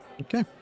Okay